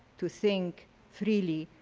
to think freely,